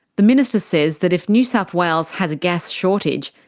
the minister says that if new south wales has a gas shortage,